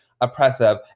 oppressive